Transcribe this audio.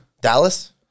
Dallas